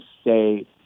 stay